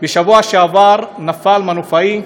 בשבוע שעבר נפל מנופאי,